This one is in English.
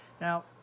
Now